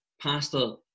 Pastor